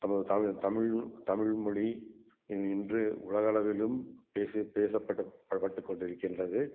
தமது தமிழும் தமிழ் தமிழ்மொழி இ இன்று உலக அளவிலும் பேசி பேசப்பட்டப்படபட்டு கொண்டிருக்கின்றது